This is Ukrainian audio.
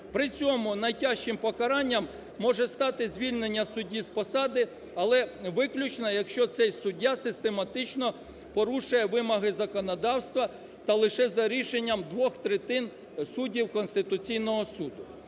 При цьому найтяжчим покаранням може стати звільнення судді з посади, але виключно, якщо цей суддя систематично порушує вимоги законодавства, та лише за рішенням двох третин суддів Конституційного Суду.